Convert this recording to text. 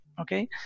Okay